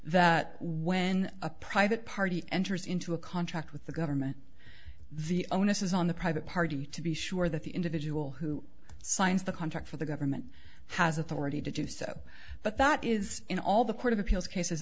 that when a private party enters into a contract with the government the onus is on the private party to be sure that the individual who signs the contract for the government has authority to do so but that is in all the court of appeals cases